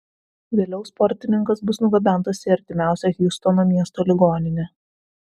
vėliau sportininkas bus nugabentas į artimiausią hjustono miesto ligoninę